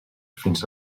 fins